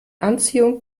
anziehung